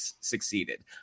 succeeded